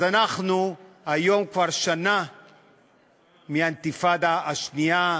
אז אנחנו היום כבר שנה לאינתיפאדה השנייה,